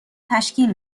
تشکیل